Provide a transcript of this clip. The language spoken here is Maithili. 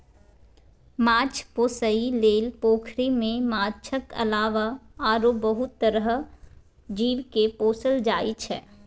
माछ पोसइ लेल पोखरि मे माछक अलावा आरो बहुत तरहक जीव केँ पोसल जाइ छै